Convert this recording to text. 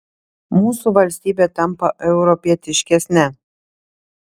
mūsų valstybė tampa europietiškesne